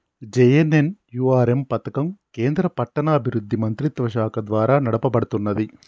JNNURM పథకం కేంద్ర పట్టణాభివృద్ధి మంత్రిత్వశాఖ ద్వారా నడపబడుతున్నది